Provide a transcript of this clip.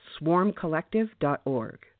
swarmcollective.org